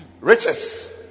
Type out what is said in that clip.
Riches